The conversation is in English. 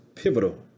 Pivotal